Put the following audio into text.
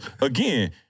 again